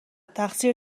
تقصیر